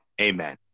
amen